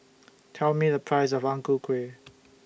Tell Me The Price of Ang Ku Kueh